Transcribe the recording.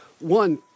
one